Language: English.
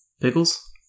Pickles